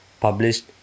published